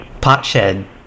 Potshed